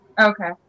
Okay